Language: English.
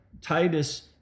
Titus